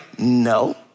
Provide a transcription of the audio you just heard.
No